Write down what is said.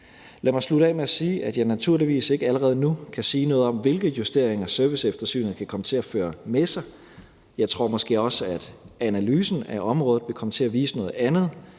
Lad mig slutte af med at sige, at jeg naturligvis ikke allerede nu kan sige noget om, hvilke justeringer serviceeftersynet kan komme til at føre med sig, og jeg tror måske også, at analysen af området vil komme til at vise noget andet,